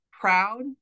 proud